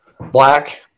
Black